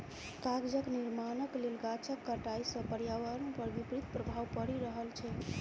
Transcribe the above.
कागजक निर्माणक लेल गाछक कटाइ सॅ पर्यावरण पर विपरीत प्रभाव पड़ि रहल छै